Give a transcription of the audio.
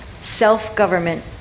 self-government